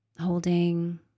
holding